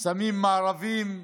שמים מארבים,